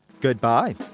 Goodbye